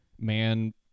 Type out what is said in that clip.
man